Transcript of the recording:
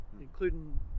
including